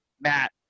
Matt